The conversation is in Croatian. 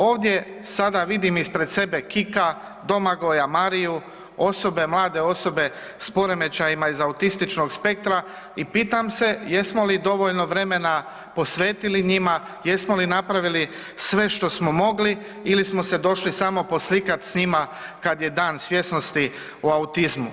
Ovdje sada vidim ispred sebe Kika, Domagoja, Mariju osobe, mlade osobe s poremećajima iz autističnog spektra i pitam se jesmo li dovoljno vremena posvetili njima, jesmo li napravili sve što smo mogli ili smo se došli samo poslikat s njima kada je Dan svjesnosti o autizmu?